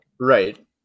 right